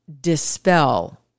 dispel